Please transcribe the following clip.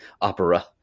opera